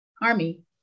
army